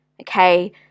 okay